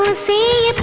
and see